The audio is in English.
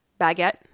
baguette